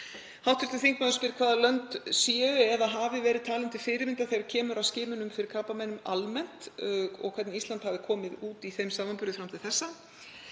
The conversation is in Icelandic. aldur. Hv. þingmaður spyr hvaða lönd séu eða hafi verið talin til fyrirmyndar þegar kemur að skimunum fyrir krabbameinum almennt og hvernig Ísland hafi komið út í þeim samanburði fram til þessa.